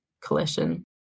collision